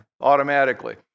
automatically